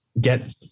get